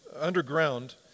underground